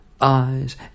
eyes